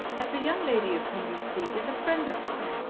that the young lady of whom you speak is a friend of mine.